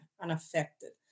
unaffected